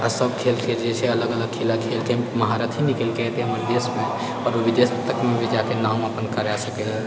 आ सब खेलके जे छै अलग अलग खेला खेलके महारथी निकलि कऽ एतै हमर देशमे आओर ओ विदेश तकमे भी जाके नाम अपन करए सकए